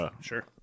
Sure